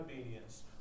obedience